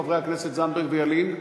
חברי הכנסת זנדברג וילין?